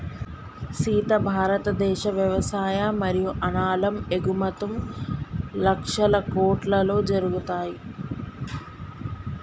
సీత భారతదేశ వ్యవసాయ మరియు అనాలం ఎగుమతుం లక్షల కోట్లలో జరుగుతాయి